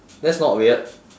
that's not weird